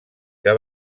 que